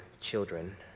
children